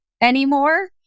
anymore